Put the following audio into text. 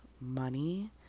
money